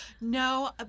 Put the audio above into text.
No